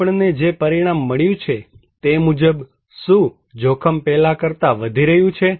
આપણને જે પરિણામ મળ્યું છે તે મુજબ શું જોખમ પહેલાં કરતાં વધી રહ્યું છે